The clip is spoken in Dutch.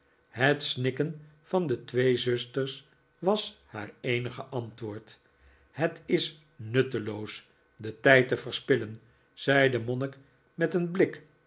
het snikken van de twee zusters was haar eenige antwoord het is nutteloos den tijd te verspillen zei de monnik met een blik